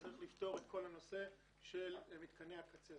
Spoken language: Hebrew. צריך לפתור את כל הנושא של מתקני הקצה,